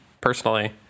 personally